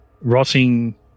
rotting